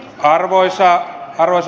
arvoisa puhemies